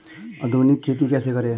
आधुनिक खेती कैसे करें?